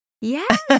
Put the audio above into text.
Yes